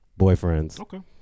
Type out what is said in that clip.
boyfriends